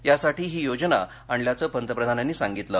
यासाठी ही योजना आणल्याचं पंतप्रधानांनी सांगितलं